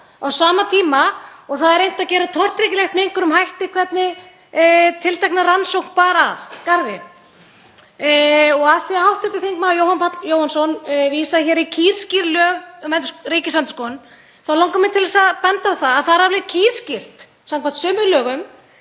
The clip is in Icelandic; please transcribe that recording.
á sama tíma og það er reynt að gera tortryggilegt með einhverjum hætti hvernig tiltekna rannsókn bar að garði. Og af því að hv. þm. Jóhann Páll Jóhannsson vísar hér í kýrskýr lög um Ríkisendurskoðun þá langar mig til að benda á að það er alveg kýrskýrt samkvæmt sömu lögum